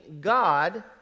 God